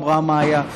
אמרה מאיה,